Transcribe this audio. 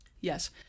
Yes